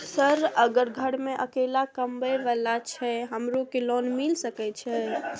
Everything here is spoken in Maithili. सर अगर घर में अकेला कमबे वाला छे हमरो के लोन मिल सके छे?